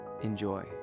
Enjoy